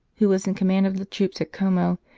who was in command of the troops at como,